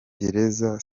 gereza